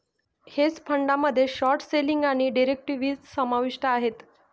hedge फंडामध्ये short selling आणि derivatives समाविष्ट आहेत